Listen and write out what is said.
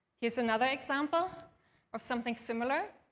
here's another example of something similar.